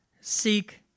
seek